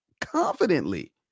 Confidently